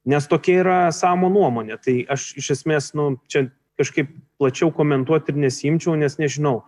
nes tokia yra samo nuomonė tai aš iš esmės nu čia kažkaip plačiau komentuot ir nesiimčiau nes nežinau